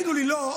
אל תגידו לי לא,